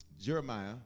Jeremiah